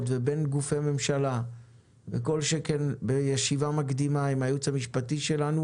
ובין גופי ממשלה וכל שכן בישיבה עם הייעוץ המשפטי שלנו